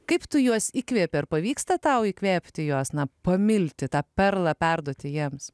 kaip tu juos įkvėpė ir pavyksta tau įkvėpti josna pamilti tą perlą perduoti jiems